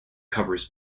covers